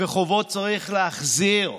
וחובות צריך להחזיר.